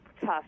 tough